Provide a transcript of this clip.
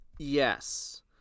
Yes